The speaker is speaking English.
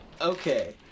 Okay